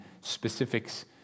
specifics